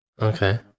Okay